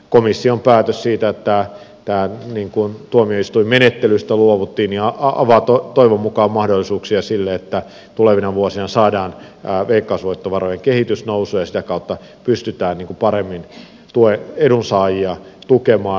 komission päätös siitä että tuomioistuinmenettelystä luovuttiin avaa toivon mukaan mahdollisuuksia sille että tulevina vuosina saadaan veikkausvoittovarojen kehitys nousuun ja sitä kautta pystytään paremmin edunsaajia tukemaan